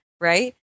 right